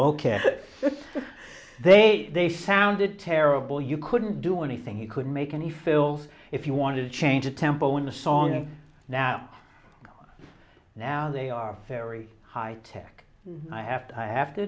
ok they they sounded terrible you couldn't do anything he could make and he fills if you want to change a temple in the song and now now they are very high tech i have to i have to